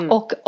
Och